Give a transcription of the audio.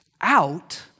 out